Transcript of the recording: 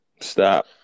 Stop